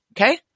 Okay